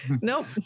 nope